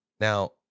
Now